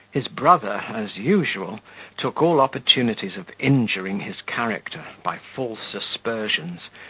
his brother, as usual, took all opportunities of injuring his character, by false aspersions,